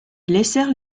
laissèrent